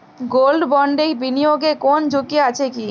Gold বন্ডে বিনিয়োগে কোন ঝুঁকি আছে কি?